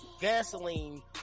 gasoline